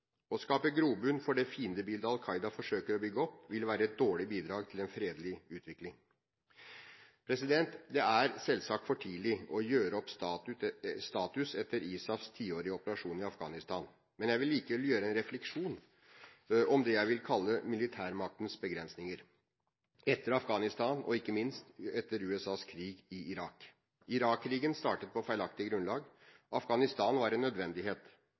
Å skape grobunn for det fiendebildet Al Qaida forsøker å bygge opp, vil være et dårlig bidrag til en fredelig utvikling. Det er selvsagt for tidlig å gjøre opp status etter ISAFs tiårige operasjon i Afghanistan. Men jeg vil gjøre en refleksjon om det jeg vil kalle militærmaktens begrensninger etter Afghanistan, og ikke minst etter USAs krig i Irak. Irak-krigen startet på feilaktig grunnlag. Afghanistan var en nødvendighet.